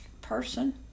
person